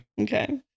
Okay